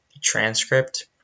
transcript